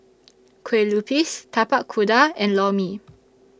Kueh Lupis Tapak Kuda and Lor Mee